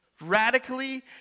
radically